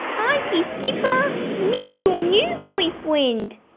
auntie skipper, meet your new boyfriend!